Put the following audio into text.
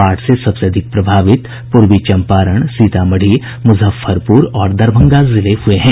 बाढ़ से सबसे अधिक प्रभावित पूर्वी चम्पारण सीतामढ़ी मुजफ्फरपुर और दरभंगा जिले हुये हैं